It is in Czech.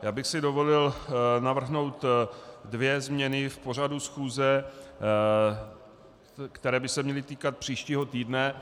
Já bych si dovolil navrhnout dvě změny v pořadu schůze, které by se měly týkat příštího týdne.